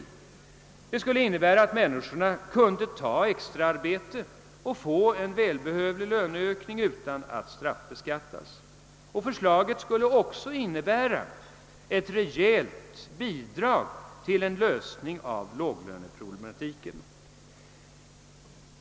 Det skulle innebära att människorna kunde ta extraarbete och få en välbehövlig löneökning utan att straffbeskattas för denna. Förslaget skulle också innebära ett rejält bidrag till en lösning av låglöneproblematiken.